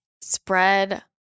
spread